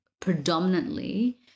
predominantly